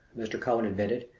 mr. cullen admitted.